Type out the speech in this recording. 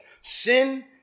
Sin